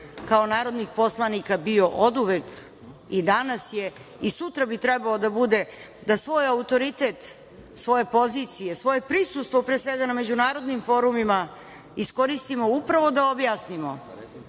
kao narodnih poslanika bio oduvek i danas je i sutra bi trebalo da bude da svoj autoritet, svoje pozicije, svoje prisustvo pre svega na međunarodnim forumima iskoristimo upravo da objasnimo